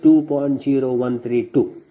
0132